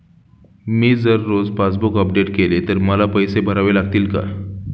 मी जर रोज passbook update केले तर मला पैसे भरावे लागतील का?